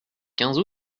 quinze